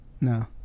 No